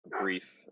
Brief